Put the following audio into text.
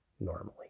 normally